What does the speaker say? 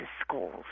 schools